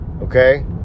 Okay